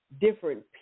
different